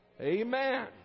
Amen